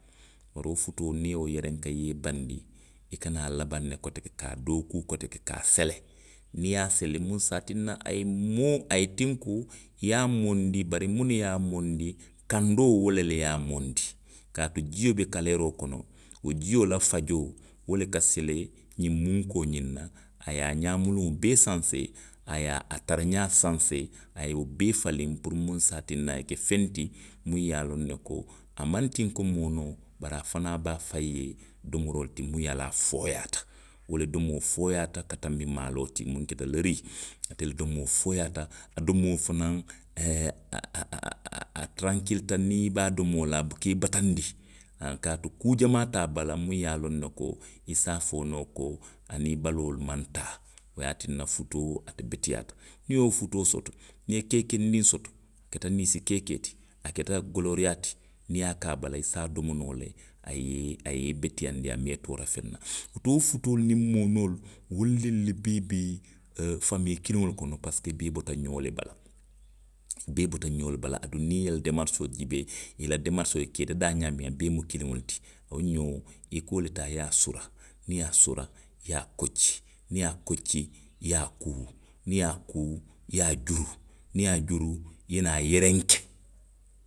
Bari wo futoo niŋ i ye wo yerenke, i ye i bandii, i ka naa labaŋ ne koteke ka a dookuu koteke, ka a sele. Niŋ i ye a sele. muŋ se a tinna a ye moo, a ye tiŋ ko i ye a moondi bari muŋ ne ye a moondi, kandoo wo le le ye a moondi. kaatu jio be kaleeroo kono. wo jio la fajoo. wo le ka sele ňiŋ munkoo ňiŋ na, a ye a ňaa muluŋo bee sansee, a ye a tara ňaa sansee, a ye wo bee faliŋ puru muŋ se a tinna a ye feŋ ti muŋ ye a loŋ ne ko a maŋ tiŋ ko moonoo, bari afanaŋ be afaŋ ye domoroo le ti muŋ ye a loŋ a fooyaata, wo le domoo fooyaata ka tanbi maaloo ti muŋ keta lo rii. Ate le domoo fooyaata, a domoo fanaŋ a, a. a tarankilita le niŋ i be a domoo la. a buka i bataandi. Haa kaatu kuu jamaa te a bala muŋ ye a loŋ ne koi se afo noo ko aniŋ i baloo le maŋ taa, wo le ye a tinna futoo, ate beteyaata. Niŋ i ye wo futoo soto. i ye keekeendiŋ soto. muŋ keta nisnsi keekee ti. a keta golooriyaa ti, niŋ i ye a ke a bala, i se a domo noo le, a ye, a ye i beteyaandi, a maŋ i toora feŋ na. Woto wo futoolu niŋ moonoolu, wolu le le bee be, oo, famii kono parisiko i bee boto ňoo le bala. I bee bota ňoo le bala, aduŋ niŋ i ye i la demarisoo jiibee, i la demarisoo, i ka i daadaa ňaamiŋ. a bee mu kiliŋo le ti. Wo ňoo i ka wo le taa i ye a sura, niŋ i ye a sura, i ye a kocci, niŋ i ye a kocci, i ye a kuu. niŋ i ye a kuu, i ye a juruu, niŋ i ye a juruu, i ye naa a yerenke